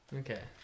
okay